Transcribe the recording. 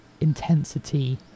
intensity